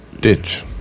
Ditch